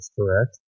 correct